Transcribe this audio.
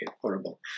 horrible